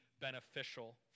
beneficial